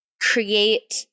create